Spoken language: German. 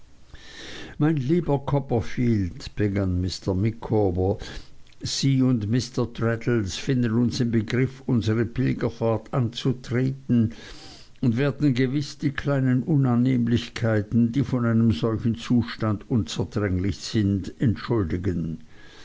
mein lieber copperfield begann mr micawber sie und mr traddles finden uns im begriffe unsere pilgerfahrt anzutreten und werden gewiß die kleinen unannehmlichkeiten die von einem solchen zustand unzertrennlich sind entschuldigen